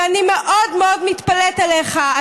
ואני מאוד מאוד מתפלאת עליך,